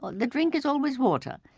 the drink is always water.